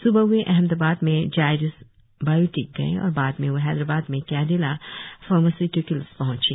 सुबह वे अहमदाबाद में जायडस बायोटिक गए और बाद में वह हैदराबाद में कैडिला फार्मास्य्टिकल्स पहंचे